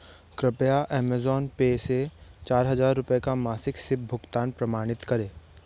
कृपया Amazon pay से चार हज़ार रुपये का मासिक सिप भुगतान प्रमाणित करें